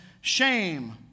shame